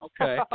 Okay